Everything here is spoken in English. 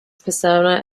persona